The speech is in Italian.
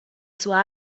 sua